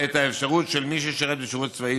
את האפשרות של מי ששירת בשירות צבאי,